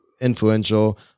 influential